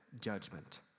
judgment